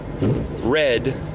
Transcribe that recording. Red